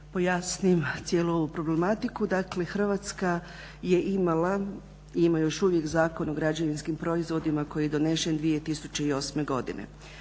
pojasnim cijelu ovu problematiku. Dakle Hrvatska je imala i ima još uvijek Zakona o građevinskim proizvodima koji je donesen 2008.godine.